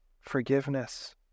forgiveness